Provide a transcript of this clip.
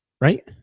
right